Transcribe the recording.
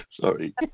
Sorry